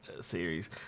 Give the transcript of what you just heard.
series